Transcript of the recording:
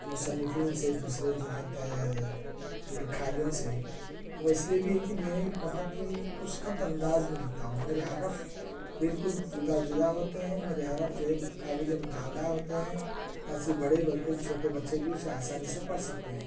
مصنفین سے دوسرے جو ہے لکھاریوں سے وہ اس لئے بھی ہے کہ میں بہت ہی خوشخط انداز میں لکھتا ہوں میرے حرف بالکل جدا جدا ہوتے ہیں میرے حرف جو ہے قابل مطالعہ ہوتے ہیں خاصی بڑے بلکہ چھوٹے بچے بھی اسے کافی آسانی سے پڑھ سکتے ہیں